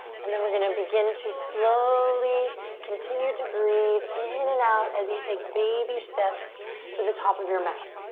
and then we're gonna begin to slowly continue to breathe in and out as you take baby steps to the top of your mat.